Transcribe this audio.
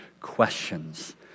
questions